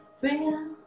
real